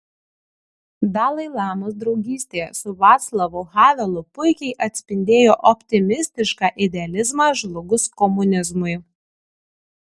dalai lamos draugystė su vaclavu havelu puikiai atspindėjo optimistišką idealizmą žlugus komunizmui